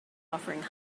offering